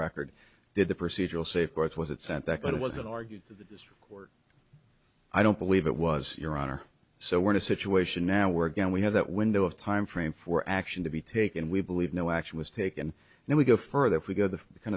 record did the procedural safeguards was it sent that but it wasn't argued to the court i don't believe it was your honor so we're in a situation now where again we have that window of time frame for action to be taken we believe no action was taken and we go further if we go the kind